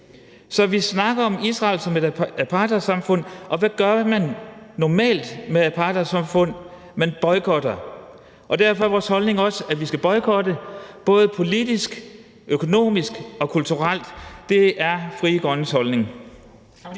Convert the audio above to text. Så vi snakker om Israel som et apartheidsamfund, og hvad gør man normalt med apartheidsamfund? Man boykotter, og derfor er vores holdning også, at man skal boykotte både politisk, økonomisk og kulturelt. Det er Frie Grønnes holdning.